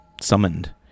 summoned